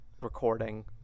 recording